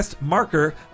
marker